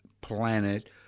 planet